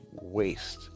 waste